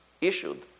issued